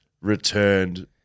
returned